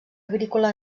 agrícola